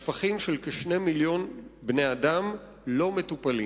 השפכים של 2 מיליוני בני אדם לא מטופלים.